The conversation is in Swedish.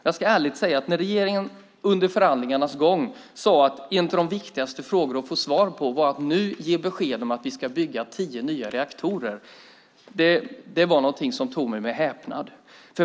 Jag ska ärligt säga att när regeringen under förhandlingarnas gång sade att en av de viktigaste frågorna handlade om att nu ge besked om att vi ska bygga tio nya reaktorer tog det mig med häpnad.